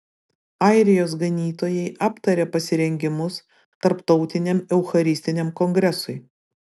airijos ganytojai aptarė pasirengimus tarptautiniam eucharistiniam kongresui